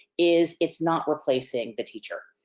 is it's not replacing the teacher.